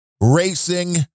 Racing